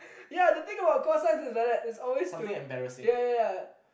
ya the thing about call signs is like that it's always to ya ya ya